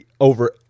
over